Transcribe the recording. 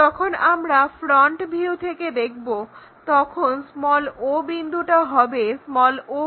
যখন আমরা front view থেকে দেখব তখন o বিন্দুটা হবে o